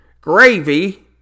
gravy